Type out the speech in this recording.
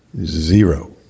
zero